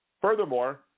Furthermore